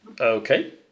Okay